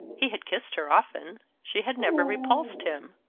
he had kissed her often. she had never repulsed him.